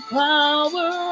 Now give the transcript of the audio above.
power